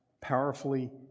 powerfully